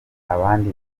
abandi